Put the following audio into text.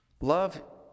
Love